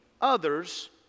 others